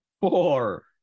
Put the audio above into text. four